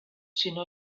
sinó